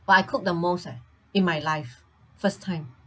!wah! I cook the most eh in my life first time